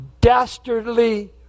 dastardly